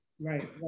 right